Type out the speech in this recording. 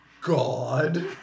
God